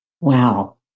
Wow